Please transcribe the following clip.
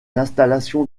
installations